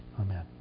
Amen